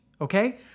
Okay